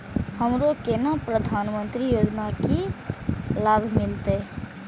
हमरो केना प्रधानमंत्री योजना की लाभ मिलते?